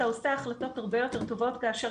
אתה עושה החלטות הרבה יותר טובות כאשר